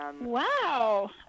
Wow